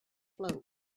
float